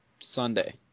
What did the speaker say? Sunday